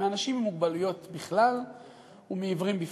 כלפי אנשים עם מוגבלויות בכלל ועיוורים בפרט.